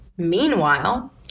Meanwhile